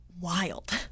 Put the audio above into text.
wild